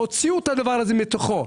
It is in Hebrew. תוציאו את הדבר הזה מתוכו.